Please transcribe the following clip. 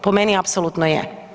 Po meni, apsolutno je.